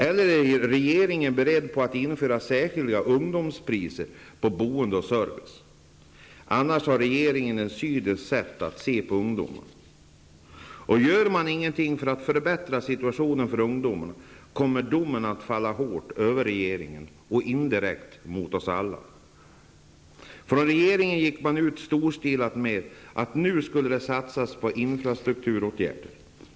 Eller är regeringen beredd att införa särskilda ungdomspriser på boende och service? I annat fall har regeringen ett cyniskt sätt att se på ungdomar. Från regeringen gick man ut storstilat med att det nu skulle satsas på infrastrukturåtgärder.